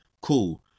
cool